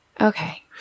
okay